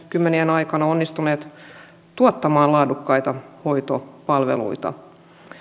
aikana onnistuneet tuottamaan laadukkaita hoitopalveluita